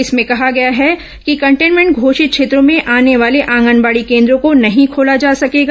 इसमें कहा गया है कि कंटेमेन्ट घोषित क्षेत्रों में आने वाले आंगनबाड़ी केन्द्रों को नहीं खोला जा सकेगा